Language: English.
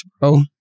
bro